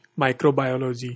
Microbiology